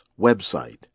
website